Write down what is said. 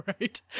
right